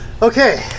Okay